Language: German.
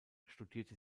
studierte